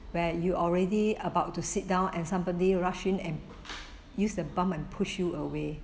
where you already about to sit down and somebody rushing and use the bump and push you away